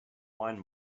wine